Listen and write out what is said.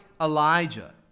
Elijah